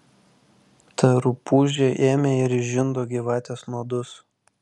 ta rupūžė ėmė ir išžindo gyvatės nuodus